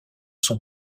son